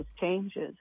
changes